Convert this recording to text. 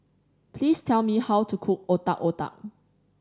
please tell me how to cook Otak Otak